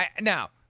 Now